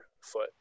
foot